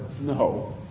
No